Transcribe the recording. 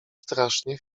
strasznie